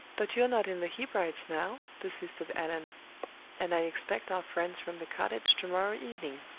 but you're not in the hebrides now, persisted allan and i expect our friends from the cottage to-morrow evening.